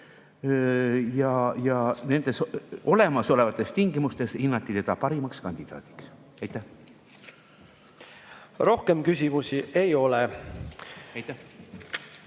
ja nendes olemasolevates tingimustes hinnati teda parimaks kandidaadiks. Rohkem küsimusi ei ole.